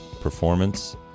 performance